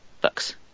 books